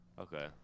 Okay